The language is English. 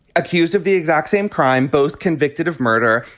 accused of the exact same crime. both convicted of murder.